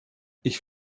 ich